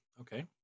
Okay